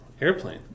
airplane